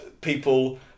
people